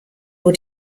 wird